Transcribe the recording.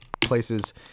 places